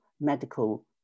medical